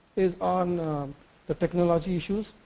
is on the technology issues.